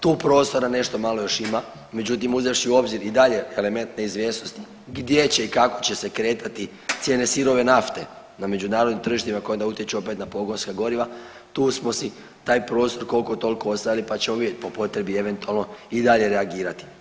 Tu prostora nešto malo još ima, međutim uzevši u obzir i dalje element neizvjesnosti gdje će i kako će se kretati cijene sirove nafte na međunarodnim tržištima koja utječu opet na pogonska goriva tu smo si taj prostor koliko toliko ostavili, pa ćemo vidjeti po potrebi eventualno i dalje reagirati.